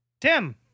Tim